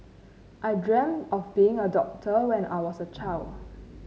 I dreamt of being a doctor when I was a child